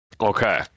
Okay